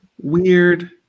weird